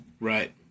Right